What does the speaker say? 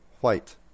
white